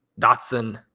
Dotson